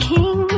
King